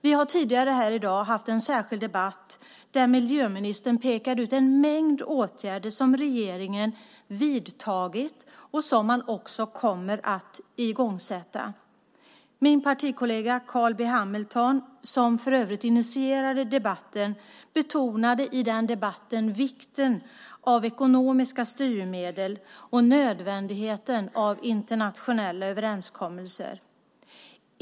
Vi har tidigare här i dag haft en särskild debatt där miljöministern pekade ut en mängd åtgärder som regeringen vidtagit och som man kommer att igångsätta. Min partikollega Carl B Hamilton, som för övrigt initierade debatten, betonade i den debatten vikten av ekonomiska styrmedel och nödvändigheten av internationella överenskommelser.